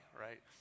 right